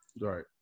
Right